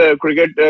cricket